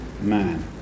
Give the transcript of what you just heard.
man